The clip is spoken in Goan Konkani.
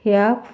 ह्या